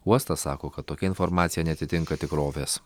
uostas sako kad tokia informacija neatitinka tikrovės